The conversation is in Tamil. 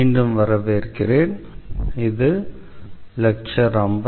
மீண்டும் வரவேற்கிறேன் இது லெக்சர் 54